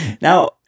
Now